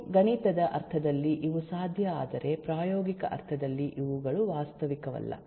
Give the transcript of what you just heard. ಇವು ಗಣಿತದ ಅರ್ಥದಲ್ಲಿ ಇವು ಸಾಧ್ಯ ಆದರೆ ಪ್ರಾಯೋಗಿಕ ಅರ್ಥದಲ್ಲಿ ಇವುಗಳು ವಾಸ್ತವಿಕವಲ್ಲ